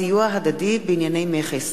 הצעת חוק בתי-דין רבניים (קיום פסקי-דין של גירושין)